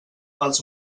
els